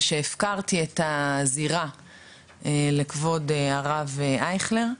ושהפקרתי את הזירה לכבוד הרב אייכלר.